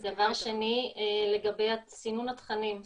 דבר שני, לגבי סינון התכנים.